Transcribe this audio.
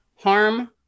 Harm